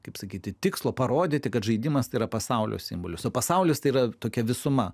kaip sakyti tikslo parodyti kad žaidimas tai yra pasaulio simbolis o pasaulis tai yra tokia visuma